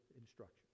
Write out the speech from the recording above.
instruction